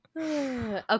Okay